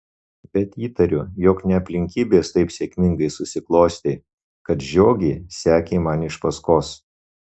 bet įtariu jog ne aplinkybės taip sėkmingai susiklostė kad žiogė sekė man iš paskos